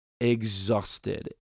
exhausted